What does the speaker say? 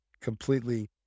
completely